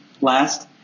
Last